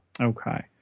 okay